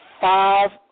five